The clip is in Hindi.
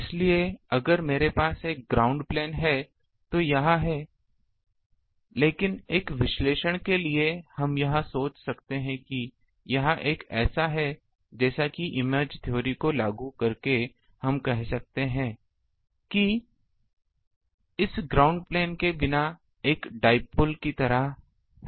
इसलिए अगर मेरे पास एक ग्राउंड प्लेन है तो यह है लेकिन एक विश्लेषण के लिए हम यह सोच सकते हैं कि यह एक ऐसा है जैसा कि इमेज थ्योरी को लागू करके हम कह सकते हैं कि यह इस ग्राउंड प्लेन के बिना एक डाइपोल की तरह है